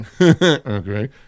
Okay